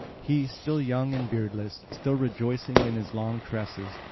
he, still young and beardless, still rejoicing in his long tresses.